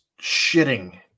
shitting